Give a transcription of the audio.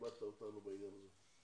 כיבדת אותנו בעניין הזה,